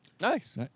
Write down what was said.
Nice